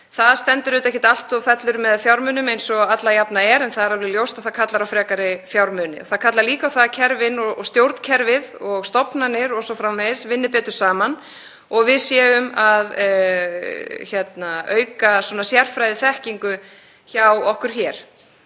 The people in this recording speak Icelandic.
Það stendur ekki allt og fellur með fjármunum eins og alla jafna er en það er alveg ljóst að það kallar á frekari fjármuni. Það kallar líka á að kerfin, stjórnkerfið og stofnanir o.s.frv. vinni betur saman og að við séum að auka sérfræðiþekkingu hjá okkur.